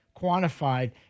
quantified